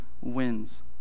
wins